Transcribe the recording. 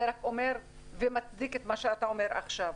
זה רק מצדיק את מה שאתה אומר עכשיו.